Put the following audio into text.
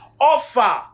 Offer